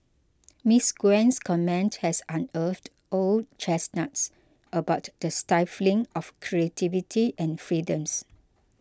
Ms Gwen's comment has unearthed old chestnuts about the stifling of creativity and freedoms